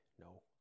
no